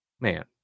man